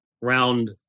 round